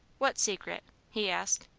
what secret? he asked.